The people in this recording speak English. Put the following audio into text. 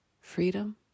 Freedom